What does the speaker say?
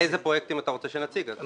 אילו פרויקטים אתה רוצה שנציג אז?